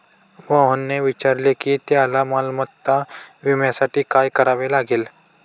मोहनने विचारले की त्याला मालमत्ता विम्यासाठी काय करावे लागेल?